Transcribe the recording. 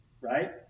Right